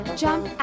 jump